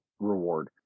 reward